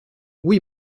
oui